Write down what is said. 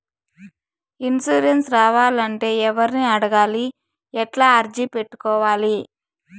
Insurance రావాలంటే ఎవర్ని అడగాలి? ఎట్లా అర్జీ పెట్టుకోవాలి?